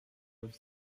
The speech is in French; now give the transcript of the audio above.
neuf